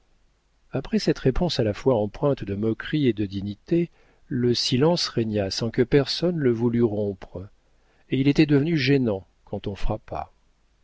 après cette réponse à la fois empreinte de moquerie et de dignité le silence régna sans que personne le voulût rompre et il était devenu gênant quand on frappa